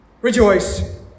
Rejoice